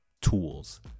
tools